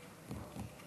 4